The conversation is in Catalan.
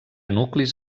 nuclis